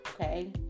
Okay